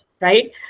right